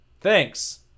Thanks